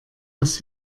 was